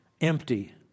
empty